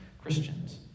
Christians